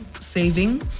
saving